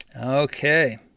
Okay